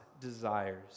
desires